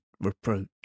reproach